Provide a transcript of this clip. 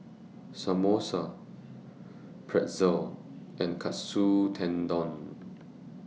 Samosa Pretzel and Katsu Tendon